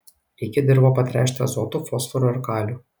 reikia dirvą patręšti azotu fosforu ar kaliu